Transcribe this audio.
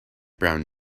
brown